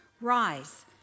Rise